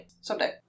someday